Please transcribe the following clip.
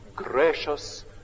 gracious